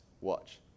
watch